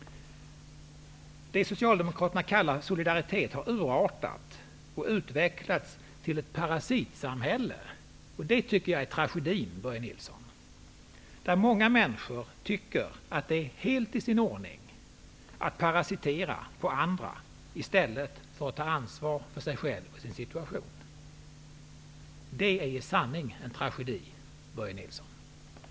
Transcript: Det som socialdemokraterna kallar solidaritet har urartat och utvecklats till ett parasitsamhälle. Det tycker jag är tragiskt, Börje Nilsson. Många människor tycker att det är helt i sin ordning att parasitera på andra i stället för att ta ansvar för sig själva och sin situation. Det är i sanning en tragedi, Börje Nilsson.